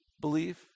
belief